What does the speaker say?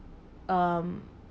um